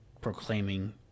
proclaiming